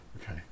Okay